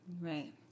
Right